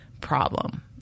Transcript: problem